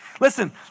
Listen